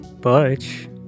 Butch